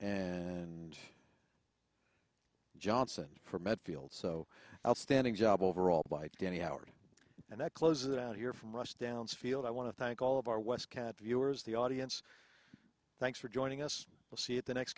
and johnson from medfield so outstanding job overall by danny howard and that close it out here from rush down field i want to thank all of our west cat viewers the audience thanks for joining us to see it the next